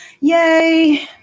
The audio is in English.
yay